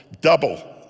double